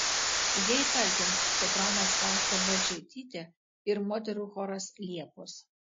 jai talkins sopranas fausta balčaitytė ir moterų choras liepos